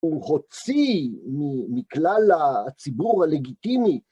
הוא הוציא מכלל הציבור הלגיטימי.